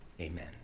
amen